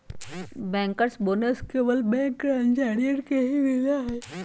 Bankers bonus केवल bank कर्मचारियन के ही मिला हई का?